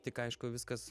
tik aišku viskas